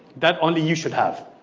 that only you should have.